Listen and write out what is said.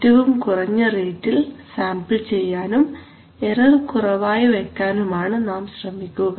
ഏറ്റവും കുറഞ്ഞ റേറ്റിൽ സാമ്പിൾ ചെയ്യാനും എറർ കുറവായി വയ്ക്കാനും ആണ് നാം ശ്രമിക്കുക